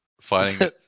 fighting